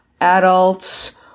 adults